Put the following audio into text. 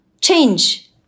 change